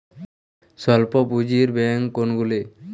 স্বল্প পুজিঁর ব্যাঙ্ক কোনগুলি?